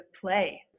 play